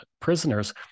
prisoners